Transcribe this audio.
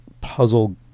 puzzle